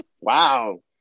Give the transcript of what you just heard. wow